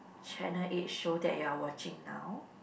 channel eight show that you're watching now